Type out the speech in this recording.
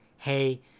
Hey